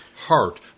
heart